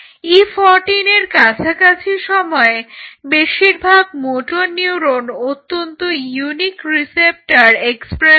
E14 এর কাছাকাছি সময়ে বেশিরভাগ মোটর নিউরন অত্যন্ত ইউনিক রিসেপ্টর এক্সপ্রেস করে